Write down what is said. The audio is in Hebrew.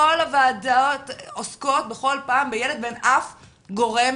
כל הוועדות עוסקות בכל פעם בילד ואין אף גורם